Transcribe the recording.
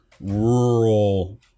rural